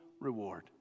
reward